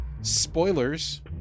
spoilers